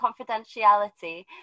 confidentiality